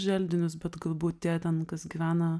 želdinius bet gal būt tie ten kas gyvena